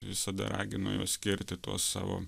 visada ragino juos skirti tuos savo